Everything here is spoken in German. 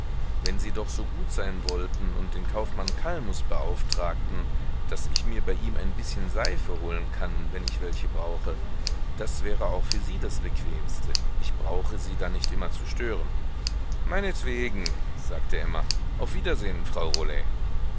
wenn sie doch so gut sein wollten und den kaufmann calmus beauftragten daß ich mir bei ihm ein bißchen seife holen kann wenn ich welche brauche das wäre auch für sie das bequemste ich brauche sie dann nicht immer zu stören meinetwegen sagte emma auf wiedersehn frau rollet